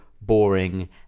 boring